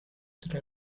tra